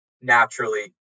naturally